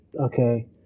okay